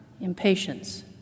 impatience